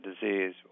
disease